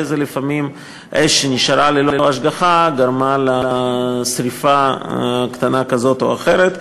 ולפעמים אש שנשארה ללא השגחה גרמה לשרפה קטנה כזאת או אחרת.